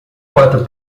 quatro